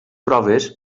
proves